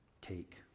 Take